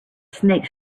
snake